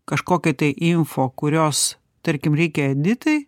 kažkokį tai info kurios tarkim reikia editai